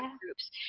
groups